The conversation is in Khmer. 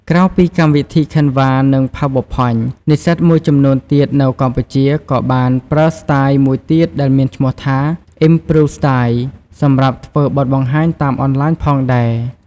ក្រៅពីកម្មវិធី Canva និង PowerPoint និស្សិតមួយចំនួនទៀតនៅកម្ពុជា ក៏បានប្រើស្ទាយមួយទៀតដែលមានឈ្មោះថា improv-style សម្រាប់ធ្វើបទបង្ហាញតាមអនឡាញផងដែរ។